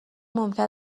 ممکن